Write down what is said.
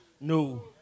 No